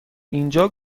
اینجا